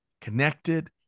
connected